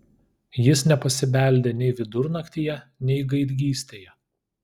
jis nepasibeldė nei vidurnaktyje nei gaidgystėje